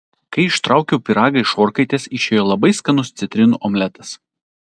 kai ištraukiau pyragą iš orkaitės išėjo labai skanus citrinų omletas